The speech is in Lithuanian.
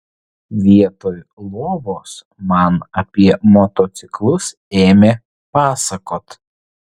vietoj lovos man apie motociklus ėmė pasakot